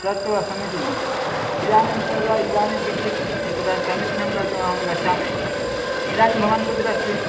तत्र असमीचीनम् इदानीं तदा इदानीं किञ्चित् एतत् असमीचीनं कर्तुं अहं गच्छामि इदानीं भवान् कुत्र अस्ति